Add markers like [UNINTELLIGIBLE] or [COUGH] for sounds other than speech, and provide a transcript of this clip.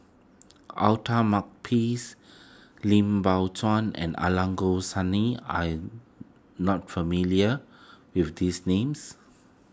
Outer Makepeace Lim Biow Chuan and Angelo [UNINTELLIGIBLE] are you not familiar with these names